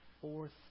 Fourth